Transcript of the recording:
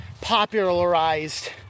popularized